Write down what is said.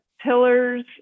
Pillars